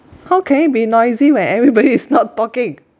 how can it be noisy when everybody is not talking